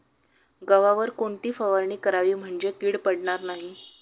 गव्हावर कोणती फवारणी करावी म्हणजे कीड पडणार नाही?